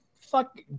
fuck